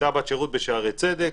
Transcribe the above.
הייתה בת שירות בשערי צדק,